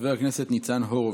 חבר הכנסת ניצן הורוביץ,